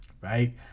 Right